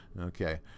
okay